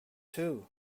too